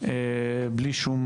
בלי שום